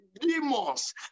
demons